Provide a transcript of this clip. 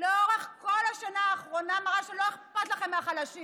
לאורך כל השנה האחרונה מראה שלא אכפת לכם מהחלשים.